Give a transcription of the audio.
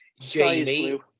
Jamie